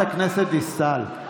חברת הכנסת דיסטל.